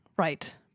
Right